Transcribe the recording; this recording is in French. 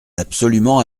absolument